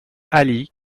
ali